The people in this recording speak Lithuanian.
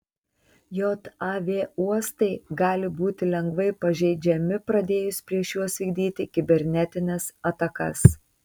jav uostai gali būti lengvai pažeidžiami pradėjus prieš juos vykdyti kibernetines atakas